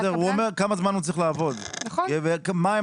הוא אומר כמה זמן הוא צריך לעבוד ומה הן